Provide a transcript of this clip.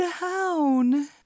down